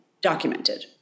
documented